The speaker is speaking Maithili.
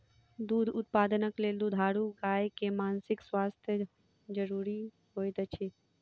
दूध उत्पादनक लेल दुधारू गाय के मानसिक स्वास्थ्य ज़रूरी होइत अछि